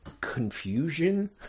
confusion